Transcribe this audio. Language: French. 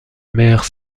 maire